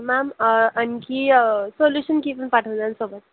ma'am आणखी solution की पण सोबत